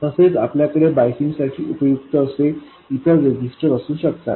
तसेच आपल्याकडे बायसिंगसाठी उपयुक्त असे इतर रेजिस्टर असू शकतात